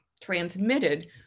transmitted